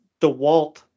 DeWalt